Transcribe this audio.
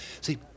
See